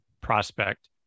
prospect